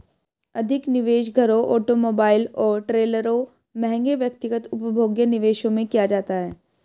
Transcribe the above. अधिक निवेश घरों ऑटोमोबाइल और ट्रेलरों महंगे व्यक्तिगत उपभोग्य निवेशों में किया जाता है